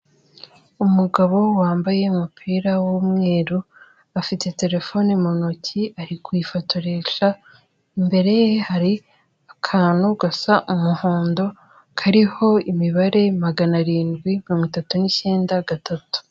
Umugabo wambaye umupira w'umweru afite terefone mu ntoki ari kuyifotoresha, imbere ye hari akantu gasa umuhondo kariho imibare magana arindwi mirongo itatu nicyenda, gatatu.